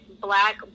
black